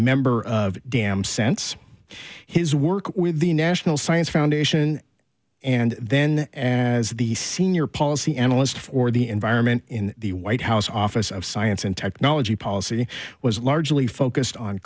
member of dam sense his work with the national science foundation and then and is the senior policy analyst for the environment in the white house office of science and technology policy was largely focused on